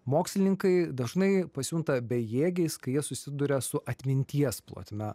mokslininkai dažnai pasijunta bejėgiais kai jie susiduria su atminties plotme